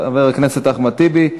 חבר הכנסת אחמד טיבי,